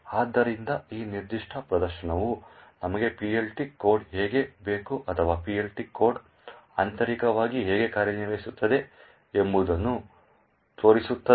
ಆದ್ದರಿಂದ ಈ ನಿರ್ದಿಷ್ಟ ಪ್ರದರ್ಶನವು ನಮಗೆ PLT ಕೋಡ್ ಹೇಗೆ ಬೇಕು ಅಥವಾ PLT ಕೋಡ್ ಆಂತರಿಕವಾಗಿ ಹೇಗೆ ಕಾರ್ಯನಿರ್ವಹಿಸುತ್ತದೆ ಎಂಬುದನ್ನು ತೋರಿಸುತ್ತದೆ